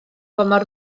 mor